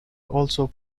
also